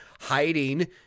hiding